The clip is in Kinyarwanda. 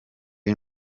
aya